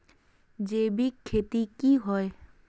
जैविक खेती की होय?